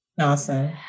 Awesome